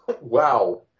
Wow